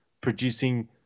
producing